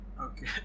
Okay